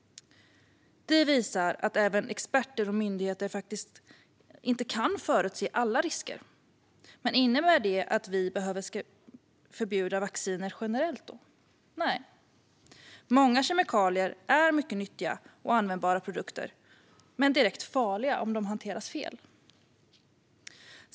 Detta visar att experter och myndigheter inte kan förutse alla risker. Men innebär det att vi ska förbjuda vacciner generellt? Nej. Många kemikalier är mycket nyttiga och användbara produkter men direkt farliga om de hanteras fel.